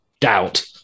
doubt